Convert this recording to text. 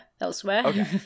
elsewhere